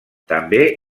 també